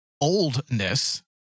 oldness